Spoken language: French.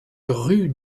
rue